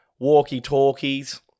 walkie-talkies